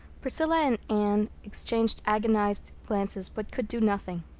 priscilla and anne exchanged agonized glances but could do nothing.